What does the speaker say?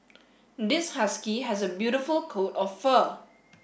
this husky has a beautiful coat of fur